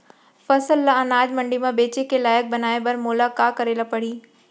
फसल ल अनाज मंडी म बेचे के लायक बनाय बर मोला का करे ल परही?